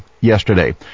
yesterday